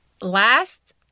last